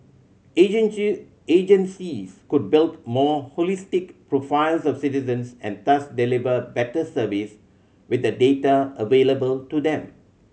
agencies could build more holistic profiles of citizens and thus deliver better service with the data available to them